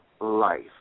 life